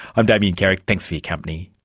i'm damien carrick, thanks for your company